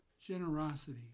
generosity